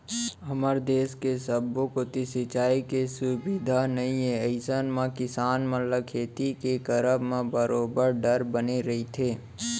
हमर देस के सब्बो कोती सिंचाई के सुबिधा नइ ए अइसन म किसान मन ल खेती के करब म बरोबर डर बने रहिथे